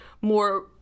more